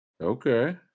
Okay